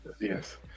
Yes